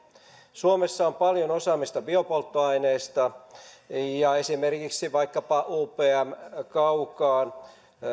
suomessa on paljon osaamista biopolttoaineista ja esimerkiksi vaikkapa upm kaukaan